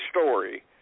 story